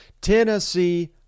Tennessee